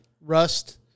rust